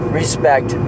respect